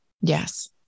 Yes